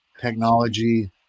technology